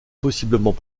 possiblement